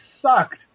sucked